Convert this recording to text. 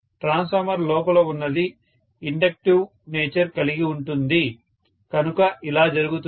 transformer లోపల ఉన్నది inductive nature కలిగి ఉంటుంది కనుక ఇలా జరుగుతుంది